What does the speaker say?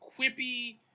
quippy